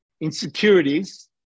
insecurities